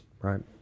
right